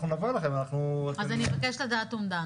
אז אני מבקשת לדעת אומדן.